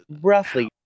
Roughly